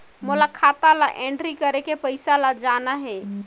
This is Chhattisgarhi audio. मोला खाता ला एंट्री करेके पइसा ला जान हे?